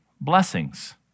blessings